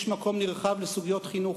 יש מקום נרחב לסוגיות חינוך,